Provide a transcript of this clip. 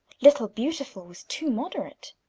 little beautiful was too moderate.